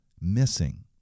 missing